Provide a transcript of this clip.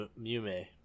Mume